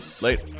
Later